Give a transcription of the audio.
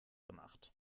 gemacht